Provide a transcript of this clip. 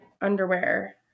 underwear